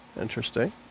Interesting